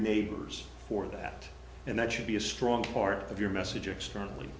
neighbors for that and that should be a strong part of your message externally